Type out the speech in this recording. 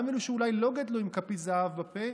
גם אלו שאולי לא גדלו עם כפית זהב בפה.